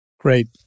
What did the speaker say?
Great